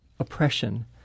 oppression